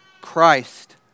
Christ